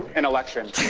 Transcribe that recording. an election